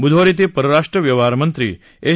बुधवारी ते परराष्ट्रीय व्यवहार मंत्री एस